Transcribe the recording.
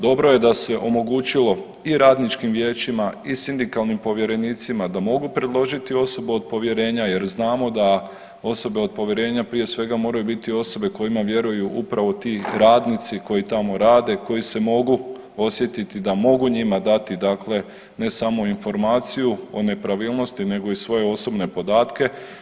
Dobro je da se omogućilo i radničkim vijećima i sindikalnim povjerenicima da mogu predložiti osobu od povjerenja, jer znamo da osobe od povjerenja prije svega moraju biti osobe kojima vjeruju upravo ti radnici koji tamo rade, koji se mogu osjetiti da mogu njima dati, dakle ne samo informaciju o nepravilnosti nego i svoje osobne podatke.